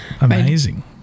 Amazing